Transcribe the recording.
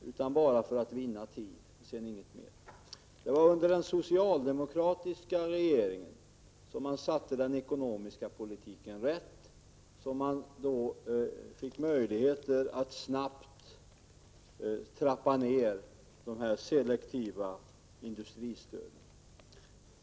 De användes för att vinna tid och sedan inget mer. Det var under den socialdemokratiska regeringen som den ekonomiska politiken sattes på rätt köl, och vi fick möjligheter att snabbt trappa ner det selektiva industristödet.